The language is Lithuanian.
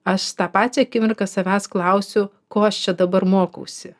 aš tą pačią akimirką savęs klausiu ko aš čia dabar mokausi